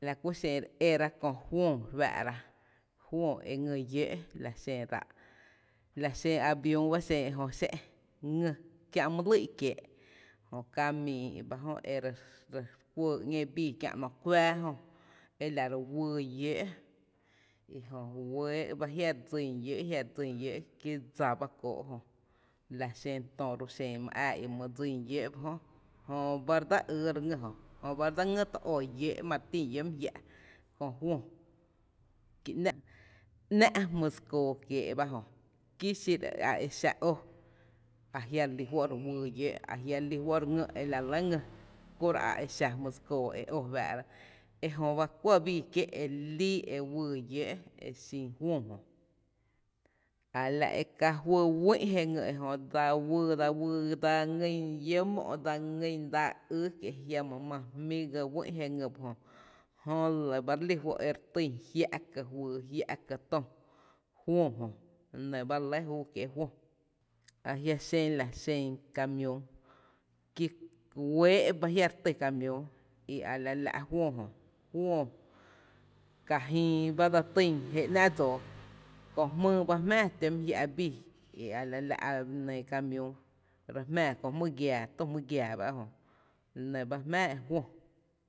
La kú xen re éra Köö fǿǿ re fáá’ra, fǿǿ e ngý llǿǿ’ la xen ráá’, la xen aviüü ba xen ejö xé’n, ngý kiä’ mý lýý’ kiéé’ jö kamii’ ba jö e ry ry kuɇɇ ‘ñéé bii kiee’ ‘nó kuⱥⱥ jö e lary wyy llǿǿ’ i jöwëë’ ba jia re dsín llǿǿ’, jia’ re dsín llǿǿ’ kí dsa bá kóó’ ejö la xen tö ro’ xen mý ⱥⱥ í’ my dsín llǿǿ’ jö, jöba re dsa ýý re ngý jö, jöba re dse ngý to ó llǿǿ’ ma re tín llǿǿ’ mý jiá’ köö, kí ‘ná’ jmyy dse koo kiéé’ ba jö, kí xiro a exa ó a jia’ re lí fó’ ere wyy fǿǿ lǿǿ’ ajia’ relí fó’ ere ngý la kú re lé ngý kí xiro a exa jmyy dse koo e ó re fáá’rá ejöba kue bíí kié’ e líí e wyy llǿǿ’ exin fǿǿ jö, a la e ka fý wÿ’ e ngý ejö, dsa wyy, dsa wyy dsa ngýn llǿǿ’ mó’ dsa ýý kié’ kie’ jiama máá jmí’ ga wÿ’ je ngy ejö jö lɇ ba re týn jia’ ká’ fyy, jia’ ka töö fǿǿ Jó, la nɇ ba re lɇ e júú kiee’ fǿǿ, ajia’ xen la xen camiüü kí wɇɇ’ ba e jia’ re tý camiüü i a la ka la’ fǿǿ jö, fǿǿ kajÿÿ ba dse týn jé ‘ná’ dsóo kö jmýý ba jmⱥⱥ tǿ mý jia’ bii i a la lá’ camiüü re jmⱥⱥ jmý giaa tü jmý giaa bá ejö, la nɇ bá jmⱥⱥ e fǿǿ.